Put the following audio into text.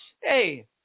Hey